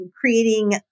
creating